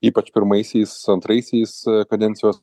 ypač pirmaisiais antraisiais kadencijos